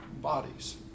bodies